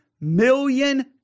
million